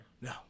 No